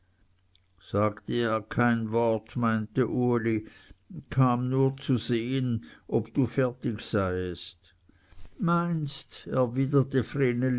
sagte ja kein wort meinte uli kam nur zu sehen ob du fertig seiest meinst erwiderte